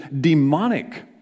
demonic